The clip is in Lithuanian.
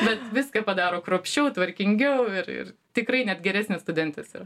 bet viską padaro kruopščiau tvarkingiau ir ir tikrai net geresnės studentės yra